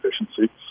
efficiency